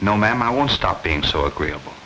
no ma'am i want to stop being so agreeable